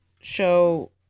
show